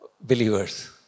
believers